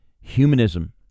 humanism